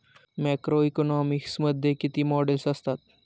Macroeconomics मध्ये किती models असतात?